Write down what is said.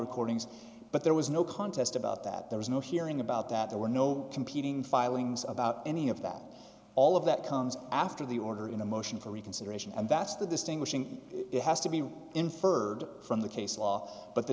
recordings but there was no contest about that there was no hearing about that there were no competing filings about any of that all of that comes after the order in a motion for reconsideration and that's the distinguishing it has to be inferred from the case law but the